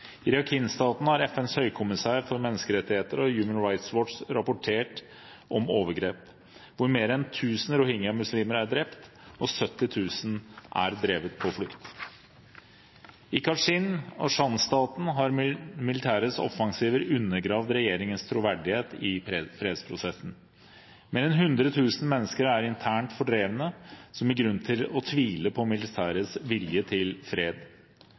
I Rakhine-staten har FNs høykommissær for menneskerettigheter og Human Rights Watch rapportert om overgrep hvor mer enn 1 000 rohingya-muslimer er drept og 70 000 er drevne på flukt. I Kachin-staten og Shan-staten har militærets offensiver undergravd regjeringens troverdighet i fredsprosessen. Mer enn 100 000 mennesker er internt fordrevne, noe som gir grunn til å tvile på militærets vilje til fred.